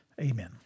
amen